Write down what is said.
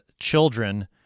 children